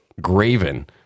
Graven